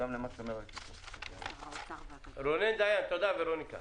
תודה ורוניקה.